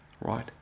right